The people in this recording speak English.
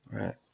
right